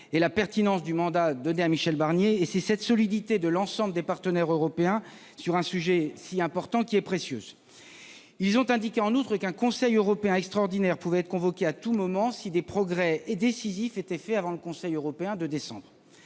et la pertinence du mandat donné à Michel Barnier. Cette solidité de l'ensemble des partenaires européens sur un sujet aussi important est précieuse. Ils ont indiqué, en outre, qu'un conseil européen extraordinaire pourrait être convoqué à tout moment si des progrès décisifs étaient réalisés avant le conseil européen du mois